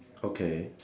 okay